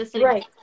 Right